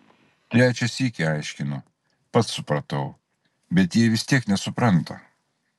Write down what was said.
trečią sykį aiškinu pats supratau bet jie vis tiek nesupranta